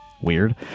Weird